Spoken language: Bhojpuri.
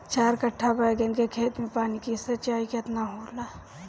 चार कट्ठा बैंगन के खेत में पानी के सिंचाई केतना होला?